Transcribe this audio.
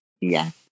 Yes